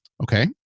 Okay